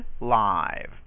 live